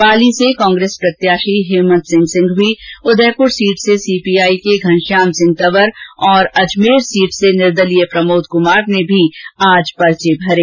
पाली से कांग्रेस प्रत्याषी हेमन्त सिंह सिंघवी उदयपुर सीट से सीपीआई के घनष्याम सिंह तंवर और अजमेर सीट से निदर्लीय प्रमोद कमार ने भी आज पर्चे भरे